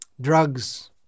...drugs